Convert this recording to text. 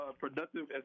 productive